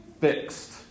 fixed